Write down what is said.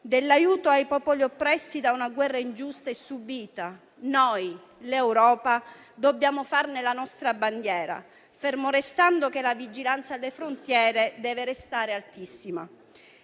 Dell'aiuto ai popoli oppressi da una guerra ingiusta e subita, noi, l'Europa, dobbiamo fare la nostra bandiera, fermo restando che la vigilanza delle frontiere deve restare altissima.